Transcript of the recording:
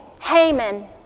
Haman